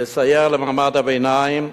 לסייע למעמד הביניים,